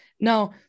Now